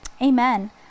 Amen